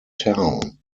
town